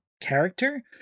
character